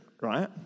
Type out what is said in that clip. right